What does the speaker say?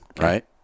right